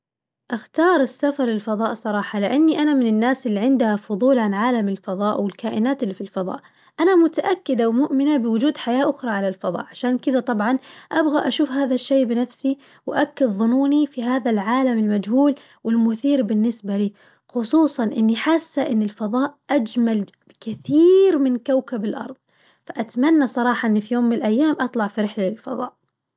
أختار السفر للفظاء صراحة لأني أنا من الناس اللي عندها فظول عن عالم الفظاء والكائنات اللي في الفظاء، أنا متأكدة ومؤمنة بوجود حياة أخرى على الفظاء عشان كذا طبعاً أبغى أشوف هذا الشي بنفسي وأأكد ظنوني في هذا العالم المجهول والمثير بالنسبة لي، خصوصاً إني حاسة إن الفظاء أجمل كثير من كوكب الأرظ، فأتمنى صراحة إن في يوم من الأيام أطلع في رحلة للفظاء.